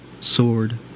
sword